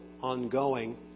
ongoing